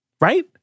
Right